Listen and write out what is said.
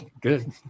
Good